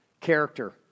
character